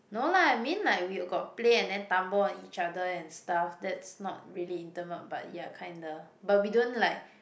no lah I mean like we got play and then tumble on each other and stuff that's not really intimate but ya kinda but we don't like